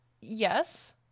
yes